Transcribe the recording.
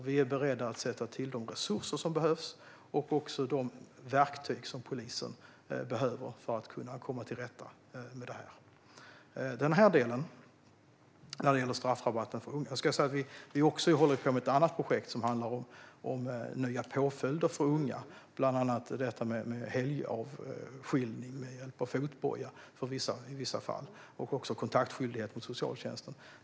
Vi är beredda att sätta till de resurser som behövs och de verktyg som polisen behöver för att kunna komma till rätta med detta. Vi håller också på med ett annat projekt, som handlar om nya påföljder för unga, bland annat helgavskiljning med hjälp av fotboja i vissa fall och kontakskyldighet gentemot socialtjänsten.